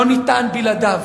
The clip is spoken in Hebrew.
לא ניתן בלעדיו,